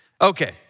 Okay